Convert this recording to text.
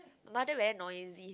mother very noisy